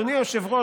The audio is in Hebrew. אדוני היושב-ראש,